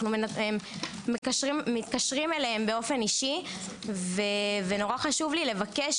אנו מתקשרים אליהם אישית ואני מבקשת,